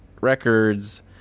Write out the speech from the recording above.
records